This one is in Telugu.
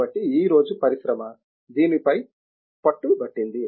కాబట్టి ఈ రోజు పరిశ్రమ దీనిపై పట్టుబట్టింది